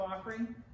offering